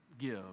give